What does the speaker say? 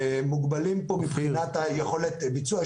אנחנו מוגבלים פה מבחינת יכולת הביצוע,